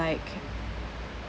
like